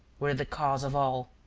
were the cause of all.